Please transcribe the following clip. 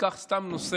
ניקח סתם נושא,